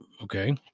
Okay